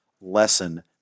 lesson